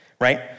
right